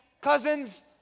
cousins